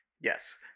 Yes